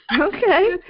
Okay